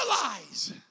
realize